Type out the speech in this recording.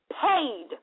paid